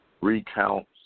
recounts